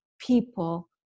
people